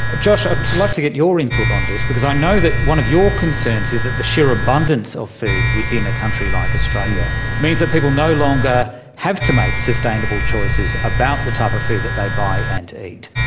ah josh, i'd like to get your input on this, because i know that one of your concerns is that the sheer abundance of food within a country like australia means that people no longer have to make sustainable choices about the type of food that they buy and eat.